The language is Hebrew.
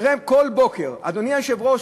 אדוני היושב-ראש,